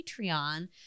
Patreon